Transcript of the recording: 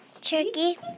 Turkey